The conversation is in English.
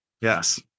Yes